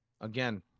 Again